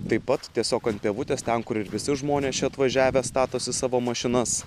taip pat tiesiog ant pievutės ten kur ir visi žmonės čia atvažiavę statosi savo mašinas